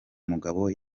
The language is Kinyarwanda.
mugabo